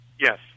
Yes